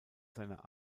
seiner